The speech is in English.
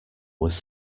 was